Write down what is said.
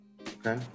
okay